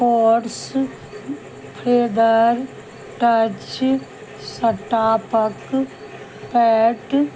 course फ्रेडर टच सटापक पैट